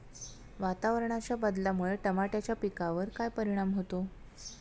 वातावरणाच्या बदलामुळे टमाट्याच्या पिकावर काय परिणाम होतो?